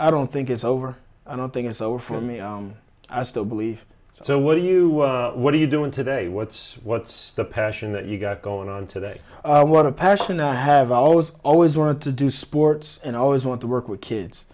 i don't think it's over i don't think it's over for me i still believe so what are you what are you doing today what's what's the passion that you got going on today and what a passion i have always always wanted to do sports and i always want to work with kids